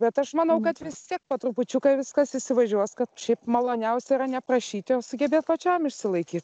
bet aš manau kad vis tiek po trupučiuką viskas įsivažiuos kad šiaip maloniausia yra neprašyti o sugebėt pačiam išsilaikyti